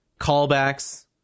callbacks